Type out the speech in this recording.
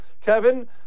Kevin